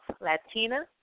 Latina